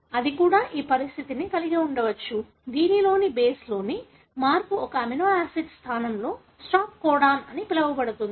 కానీ అది కూడా ఈ పరిస్థితిని కలిగి ఉండవచ్చు దీనిలో బేస్లోని మార్పు ఒక అమినో ఆసిడ్ స్థానంలో స్టాప్ కోడాన్ అని పిలవబడుతుంది